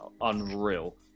unreal